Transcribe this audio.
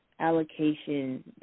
allocation